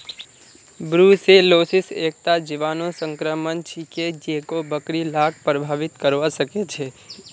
brucellosis एकता जीवाणु संक्रमण छिके जेको बकरि लाक प्रभावित करवा सकेछे